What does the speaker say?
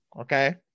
Okay